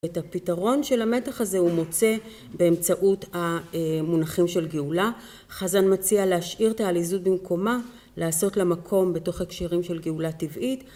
את הפתרון של המתח הזה הוא מוצא באמצעות המונחים של גאולה. חזן מציע להשאיר ת'עליזות במקומה, לעשות לה מקום בתוך הקשרים של גאולה טבעית